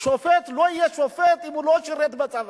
שופט לא יהיה שופט אם הוא לא שירת בצבא.